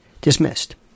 dismissed